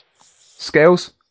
Scales